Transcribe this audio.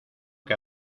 que